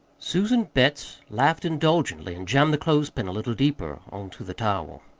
susan betts laughed indulgently and jammed the clothespin a little deeper on to the towel.